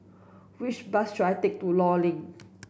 which bus should I take to Law Link